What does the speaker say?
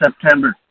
September